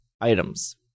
items